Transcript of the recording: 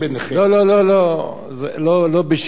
לא, לא, לא, לא, לא בשאילתות.